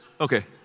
okay